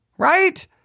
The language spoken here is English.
Right